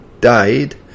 died